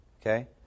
okay